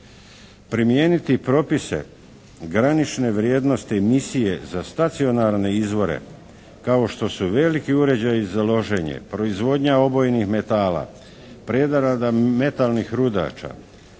Primijeniti propise granične vrijednosti emisije za stacionarne izvore kao što su veliki uređaji za loženje, proizvodnja obojenih metala, prerada metalnih rudača,